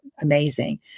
amazing